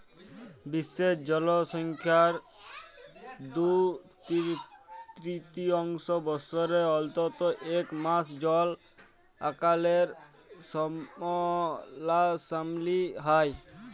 বিশ্বের জলসংখ্যার দু তিরতীয়াংশ বসরে অল্তত ইক মাস জল আকালের সামলাসামলি হ্যয়